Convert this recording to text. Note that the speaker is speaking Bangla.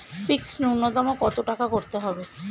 ফিক্সড নুন্যতম কত টাকা করতে হবে?